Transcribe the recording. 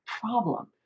problem